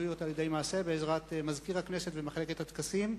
אותה לידי מעשה בעזרת מזכיר הכנסת ומחלקת הטקסים,